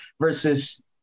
versus